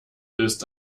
ist